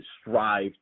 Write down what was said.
strive